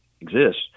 exists